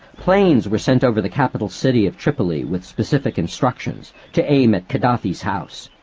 planes were sent over the capital city of tripoli with specific instructions to aim at khadafi's house.